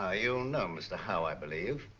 ah you know mr. howe i believe.